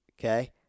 okay